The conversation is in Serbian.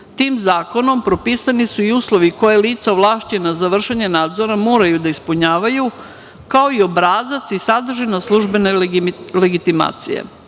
Tim zakonom propisani su i uslovi koja lica ovlašćena za vršenje nadzora moraju da ispunjavaju, kao i obrazac i sadržinu službene legitimacije. Ovim